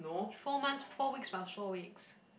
four months four weeks four weeks